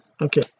okay